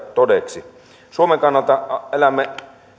todeksi suomen kannalta elämme